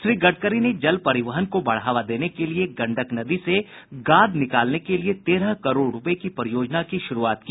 श्री गडकरी ने जल परिवहन को बढ़ावा देने के लिए गंडक नदी से गाद निकालने के लिए तेरह करोड़ रूपये की परियोजना की शुरूआत की